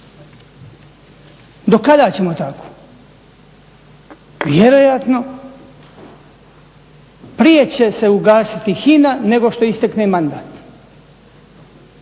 Do kada ćemo tako? Vjerojatno prije će se ugasiti HINA nego što istekne mandat,